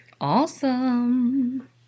Awesome